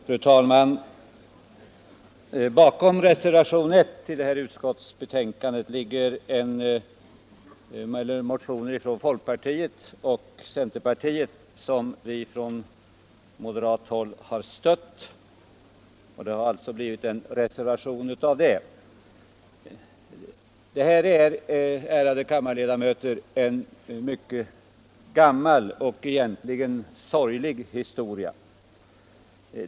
Fru talman! Bakom reservationen 1 till detta utskottsbetänkande ligger motioner från folkpartiet och centerpartiet, som vi från moderat håll har stött. Detta är, ärade kammarledamöter, en mycket gammal och egentligen sorglustig historia.